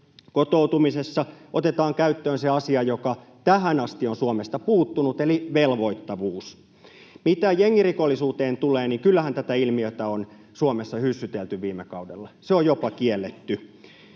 Kotoutumisessa otetaan käyttöön se asia, joka tähän asti on Suomesta puuttunut, eli velvoittavuus. Mitä jengirikollisuuteen tulee, niin kyllähän tätä ilmiötä on Suomessa hyssytelty viime kaudella. Se on jopa kielletty.